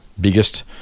biggest